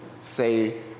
say